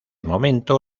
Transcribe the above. momento